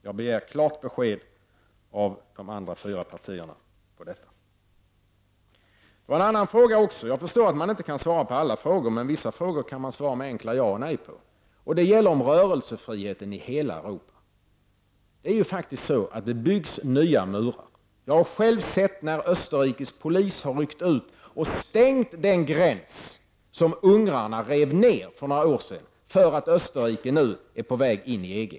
Jag begär klart besked av de andra fyra partierna om detta. Jag förstår att man inte kan svara på alla frågor, men vissa frågor kan besvaras med enkla ja eller nej. En sådan fråga är den om rörelsefriheten i hela Europa. Faktum är att det byggs nya murar. Jag har själv sett när österrikisk polis har ryckt ut och stängt den gräns som ungrarna rev ner för några år sedan, därför att Österrike nu är på väg in i EG.